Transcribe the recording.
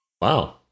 wow